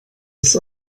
das